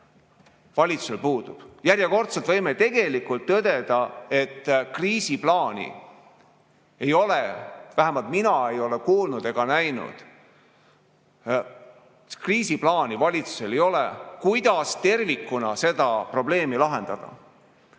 kahetsusväärselt puudub. Järjekordselt võime tõdeda, et kriisiplaani ei ole, vähemalt mina ei ole sellest kuulnud ega seda näinud. Kriisiplaani valitsusel ei ole, kuidas tervikuna seda probleemi lahendada.